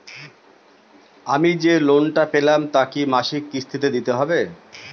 আমি যে লোন টা পেলাম তা কি মাসিক কিস্তি তে দিতে হবে?